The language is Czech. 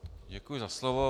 Děkuji za slovo.